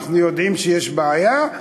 אנחנו יודעים שיש בעיה,